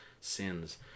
sins